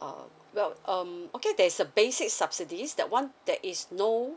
oh well um okay there is a basic subsidy that one that is no